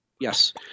Yes